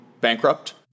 bankrupt